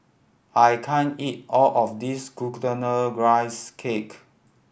I can't eat all of this Glutinous Rice Cake